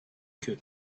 could